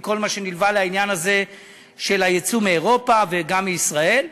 עם כל מה שנלווה לעניין הזה של הייצוא מאירופה וגם מישראל.